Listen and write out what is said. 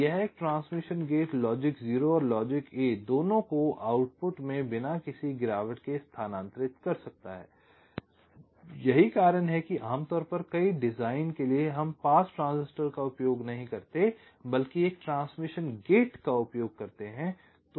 तो यह transmission gate logic 0 और लॉजिक 1 दोनों को आउटपुट में बिना किसी गिरावट के स्थानांतरित कर सकता है यही कारण है कि आम तौर पर कई डिजाइन के लिए हम पास ट्रांजिस्टर का उपयोग नहीं करते हैं बल्कि हम एक ट्रांसमिशन गेट का उपयोग करते हैं